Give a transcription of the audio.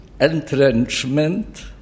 entrenchment